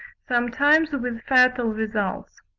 sometimes with fatal results.